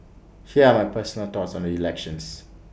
here are my personal thoughts on the elections